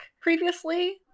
previously